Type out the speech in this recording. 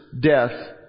death